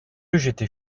j’étais